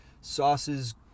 sauces